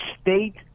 state